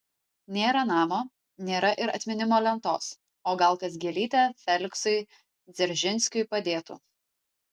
nėra namo nėra ir atminimo lentos o gal kas gėlytę feliksui dzeržinskiui padėtų